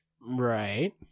Right